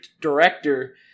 director